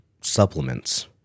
supplements